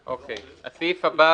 אין סעיף 7 נתקבל.